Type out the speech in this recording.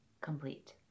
complete